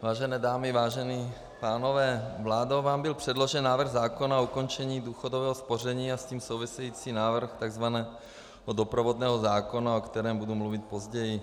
Vážené dámy, vážení pánové, vládou vám byl předložen návrh zákona o ukončení důchodového spoření a s tím související návrh tzv. doprovodného zákona, o kterém budu mluvit později.